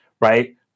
right